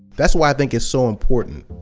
that's why i think it's so important,